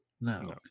No